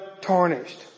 tarnished